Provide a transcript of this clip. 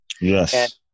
yes